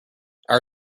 our